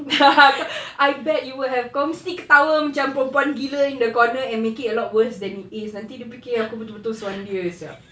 I bet you would have kau mesti ketawa macam perempuan gila in the corner and make it a lot worse than it is nanti dia fikir aku betul-betul suan dia